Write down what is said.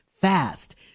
fast